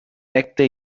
ekde